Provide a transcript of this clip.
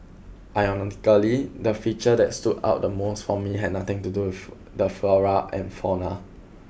ironically the feature that stood out the most for me had nothing to do with the flora and fauna